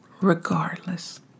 regardless